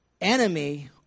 enemy